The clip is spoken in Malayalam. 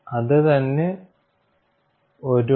അത് തന്നെ ഒരു വലിയ എക്സ്ർസൈസ് ആണ്